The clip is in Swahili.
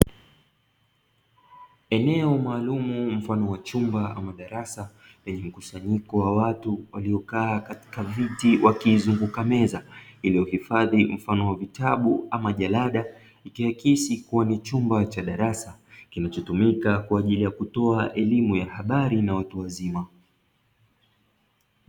Eneo maalum mfano wa chumba ama darasa lenye mkusanyiko wa watu waliokaa katika viti wakiizunguka meza iliyohifadhi mfano wa vitabu ama jalada, vikiakisi kua ni chumba cha darasa kinachotumika kwa ajili ya kutoa elimu ya habari na watu wazima.